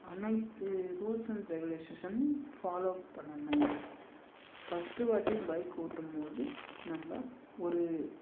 அனைத்து rules and ரெகுலேஷேஷனும் follow பண்ணணும் ஃபஸ்ட்டு வாட்டி பைக் ஓட்டும்போது நம்ப ஒரு